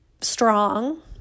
strong